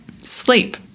sleep